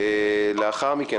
לאחר מכן,